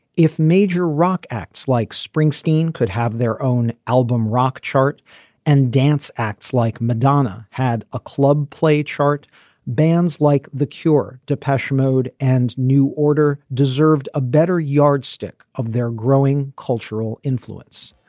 if major rock acts like springsteen could have their own album rock chart and dance acts like madonna had a club play chart bands like the cure depeche mode and new order deserved a better yardstick of their growing cultural influence.